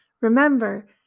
Remember